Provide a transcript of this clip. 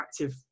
interactive